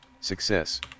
success